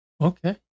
Okay